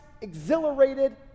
exhilarated